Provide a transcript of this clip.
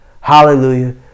Hallelujah